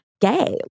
gay